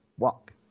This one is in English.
walk